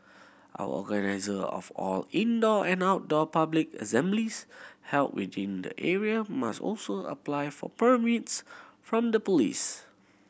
organiser of all indoor and outdoor public assemblies held within the area must also apply for permits from the police